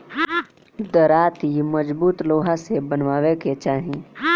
दराँती मजबूत लोहा से बनवावे के चाही